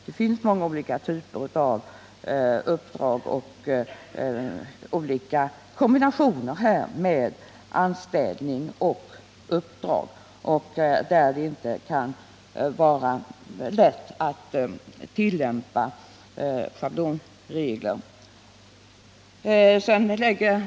Det finns många olika kombinationer mellan anställning och uppdrag, där det inte är så lätt att tillämpa schablonregeln.